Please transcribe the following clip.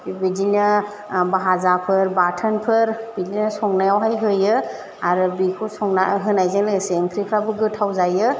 बेबादिनो भाजाफोर बाथोनफोर बिदिनो संनायावहाय होयो आरो बिखौ संना होनायजों लोगोसे ओंख्रिफ्राबो गोथाव जायो